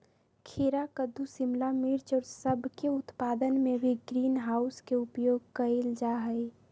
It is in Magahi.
खीरा कद्दू शिमला मिर्च और सब के उत्पादन में भी ग्रीन हाउस के उपयोग कइल जाहई